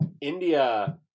India